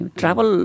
travel